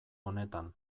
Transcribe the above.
honetan